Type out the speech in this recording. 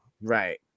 Right